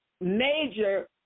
major